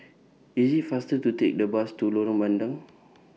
IS IT faster to Take The Bus to Lorong Bandang